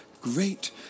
Great